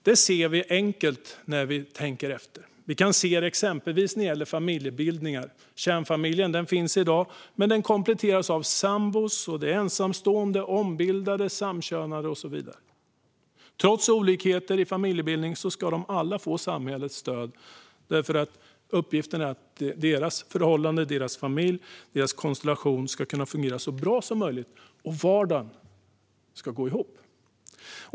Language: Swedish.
Det ser vi i dagens familjebildningar. Kärnfamiljen finns kvar men kompletteras av sambor, ensamstående, ombildade familjer, samkönade par och så vidare. Trots olikheter ska alla familjer få samhällets stöd för att kunna fungera så bra som möjligt och få vardagen att gå ihop.